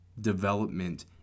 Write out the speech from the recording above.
development